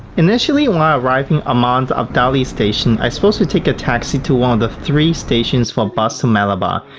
initially, when i arrived in amman's abdali station, i suppose to take a taxi to one of the three stations for bus to madaba,